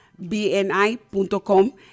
bni.com